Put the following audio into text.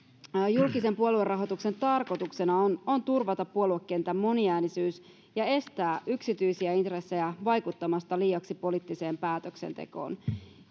julkisen puoluerahoituksen tarkoituksena on on turvata puoluekentän moniäänisyys ja estää yksityisiä intressejä vaikuttamasta liiaksi poliittiseen päätöksentekoon